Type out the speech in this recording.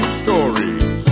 stories